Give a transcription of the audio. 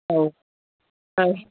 ꯑꯧ ꯑꯧ